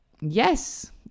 yes